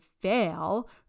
fail